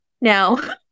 Now